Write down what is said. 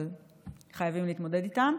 אבל חייבים להתמודד איתו,